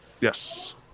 Yes